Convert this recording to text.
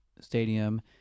stadium